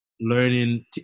learning